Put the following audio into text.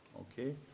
Okay